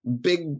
big